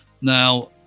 Now